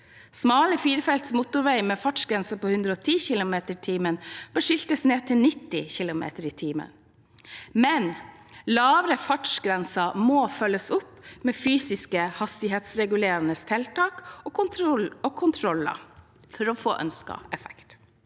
Smale firefelts motorveier med fartsgrense på 110 km/t bør skiltes ned til 90 km/t. Samtidig må lavere fartsgrenser følges opp med fysiske hastighetsregulerende tiltak og kontroller for å få ønsket effekt.